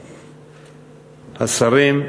השרים,